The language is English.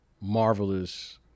marvelous